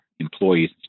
Employees